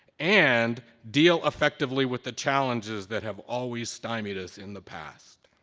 and deal effectively with the challenges that have always stymied us in the past.